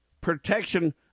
protection